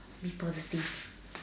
be positive